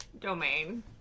domain